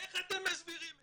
איך אתם מסבירים את זה?